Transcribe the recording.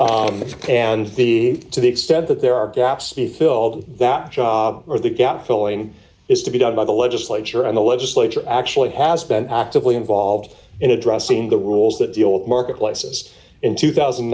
three and the to the extent that there are gaps to fill that job or the gap flowing is to be done by the legislature and the legislature actually has been actively involved in addressing the rules that deal with marketplaces in two thousand